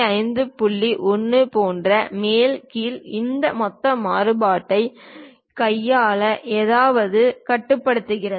1 போன்ற மேல் கீழ் இந்த மொத்த மாறுபாட்டைக் கையாள ஏதாவது கட்டுப்படுத்துகிறது